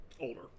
older